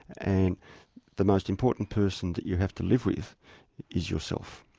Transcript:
and the most important person that you have to live with is yourself.